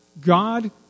God